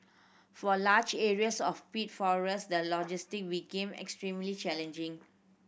for a large areas of peat forest the logistic became extremely challenging